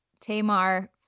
Tamar